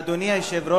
בגלל אנשים כמוך,